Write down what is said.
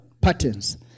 patterns